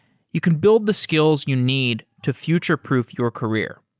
you can build the skills you need to future-proof your career.